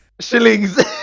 Shillings